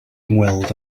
ymweld